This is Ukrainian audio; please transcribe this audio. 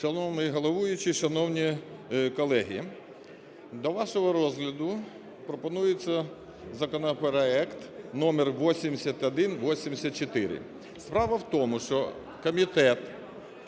Шановний головуючий, шановні колеги, до вашого розгляду пропонується законопроект номер 8184. Справа в тому, що комітет